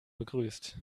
begrüßt